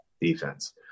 Defense